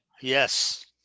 Yes